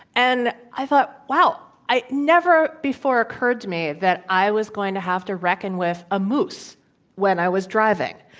and i thought, wow. it never before occurred to me that i was going to have to reckon with a moose when i was driving.